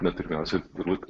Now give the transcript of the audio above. na pirmiausia turbūt